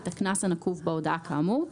את הקנס הנקוב בהודעה כאמור,